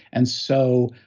and so,